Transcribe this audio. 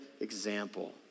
example